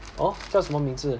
orh 叫什么名字